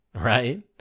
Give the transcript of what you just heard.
Right